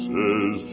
Says